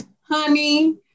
honey